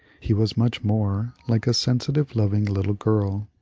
he was much more like a sensitive, loving little girl.